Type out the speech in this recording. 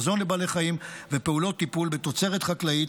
מזון לבעלי חיים ופעולות טיפול בתוצרת חקלאית